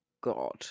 God